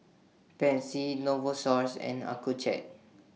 Pansy Novosource and Accucheck